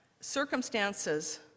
circumstances